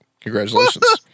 Congratulations